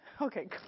Okay